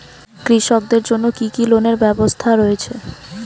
কৃষকদের জন্য কি কি লোনের ব্যবস্থা রয়েছে?